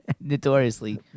notoriously